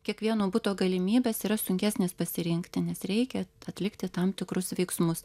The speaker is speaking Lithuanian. kiekvieno buto galimybės yra sunkesnės pasirinkti nes reikia atlikti tam tikrus veiksmus